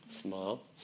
Small